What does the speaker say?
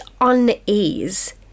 unease